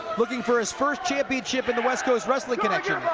looking for his first championship in the west coast wrestling connection.